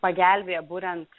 pagelbėja buriant